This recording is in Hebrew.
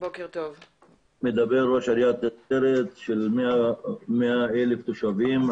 אני ראש עיריית נצרת שבה 100,000 תושבים.